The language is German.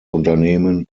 unternehmen